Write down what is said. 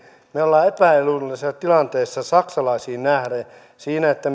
me olemme kuitenkin epäedullisessa tilanteessa saksalaisiin nähden siinä että